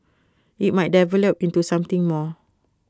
IT might develop into something more